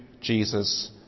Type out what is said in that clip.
Jesus